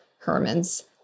Herman's